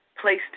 place